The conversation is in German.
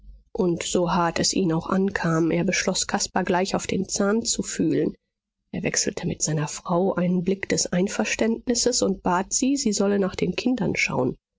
und so hart es ihn auch ankam er beschloß caspar gleich auf den zahn zu fühlen er wechselte mit seiner frau einen blick des einverständnisses und bat sie sie solle nach den kindern schauen